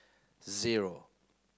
zero